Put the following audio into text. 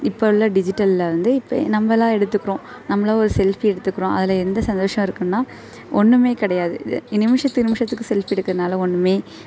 இப்போ உள்ள டிஜிட்டலில் வந்து இப்போ நம்மள்லாம் எடுத்துக்கிறோம் நம்மெல்லாம் ஒரு செல்ஃபீ எடுத்துக்கிறோம் அதில் எந்த சந்தோஷம் இருக்கும்னா ஒன்றுமே கிடையாது நிமிஷத்து நிமிஷத்துக்கு செல்ஃபி எடுக்கறதுனால ஒன்றுமே